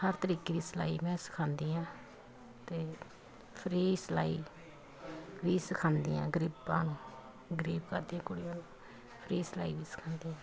ਹਰ ਤਰੀਕੇ ਸਿਲਾਈ ਮੈਂ ਸਿਖਾਉਂਦੀ ਹਾਂ ਅਤੇ ਫਰੀ ਸਿਲਾਈ ਵੀ ਸਿਖਾਉਂਦੀ ਹਾਂ ਗਰੀਬਾਂ ਨੂੰ ਗਰੀਬ ਘਰ ਦੀਆਂ ਕੁੜੀਆਂ ਨੂੰ ਫਰੀ ਸਿਲਾਈ ਵੀ ਸਿਖਾਉਂਦੀ ਹਾਂ